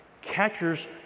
catcher's